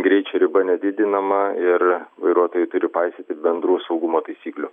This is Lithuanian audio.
greičio riba nedidinama ir vairuotojai turi paisyti bendrų saugumo taisyklių